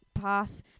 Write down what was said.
path